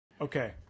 Okay